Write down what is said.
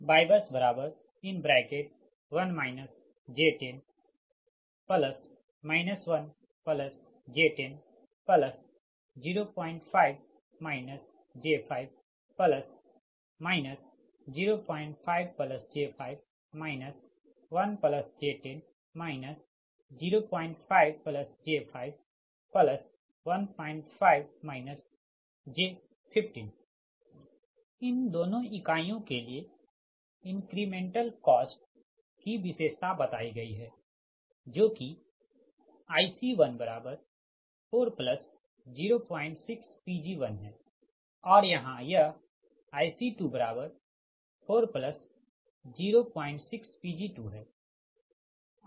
YBUS1 j10 1j10 05 j5 05j5 1j10 05j5 15 j15 इन दोनों इकाइयों के लिए इंक्रीमेंटल कॉस्ट की विशेषता बताई गई है जो कि IC1406Pg1है और यहाँ यह IC2406Pg2 है